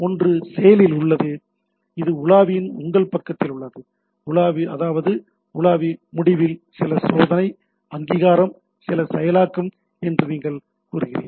ஒன்று செயலில் உள்ளது இது உலாவியின் உங்கள் பக்கத்தில் உள்ளது அதாவது உலாவி முடிவில் சில சோதனை அங்கீகாரம் சில செயலாக்கம் என்று நீங்கள் கூறுகிறீர்கள்